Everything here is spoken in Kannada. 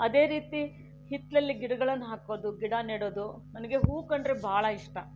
ಅದೇ ರೀತಿ ಹಿತ್ತಲಲ್ಲಿ ಗಿಡಗಳನ್ನು ಹಾಕೋದು ಗಿಡ ನೆಡೋದು ನನಗೆ ಹೂ ಕಂಡರೆ ಬಹಳ ಇಷ್ಟ